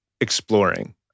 exploring